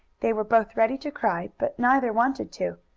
they were both ready to cry, but neither wanted to.